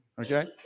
Okay